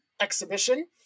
exhibition